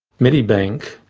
medibank,